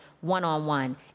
one-on-one